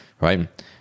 Right